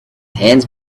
hands